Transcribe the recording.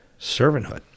servanthood